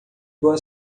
boa